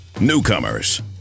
Newcomers